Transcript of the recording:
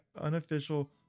unofficial